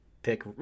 pick